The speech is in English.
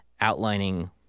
outlining